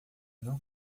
não